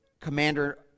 commander